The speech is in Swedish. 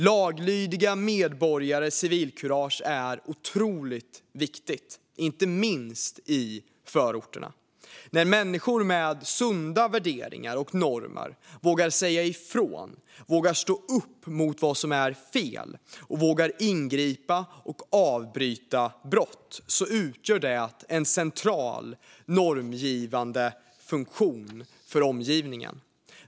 Laglydiga medborgares civilkurage är otroligt viktigt, inte minst i förorterna. När människor med sunda värderingar och normer vågar säga ifrån, vågar stå upp mot vad som är fel och vågar ingripa och avbryta brott utgör det en central, normgivande funktion för omgivningen.